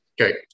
Okay